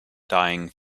dying